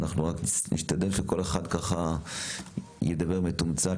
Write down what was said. נשתדל רק שכל אחד ככה ידבר מתומצת,